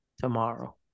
tomorrow